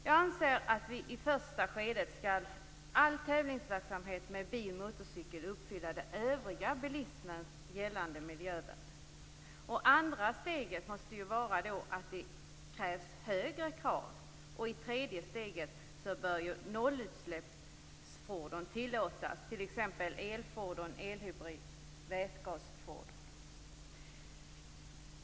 Jag anser i första skedet att all tävlingsverksamhet med bil och motorcykel skall uppfylla de för den övriga bilismen gällande miljökraven. Det andra steget måste då vara att ställa högre krav på tävlingsverksamheten. I det tredje steget bör nollutsläppsfordon tillåtas, t.ex. elfordon, elhybrid och vätgasfordon.